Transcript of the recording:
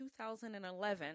2011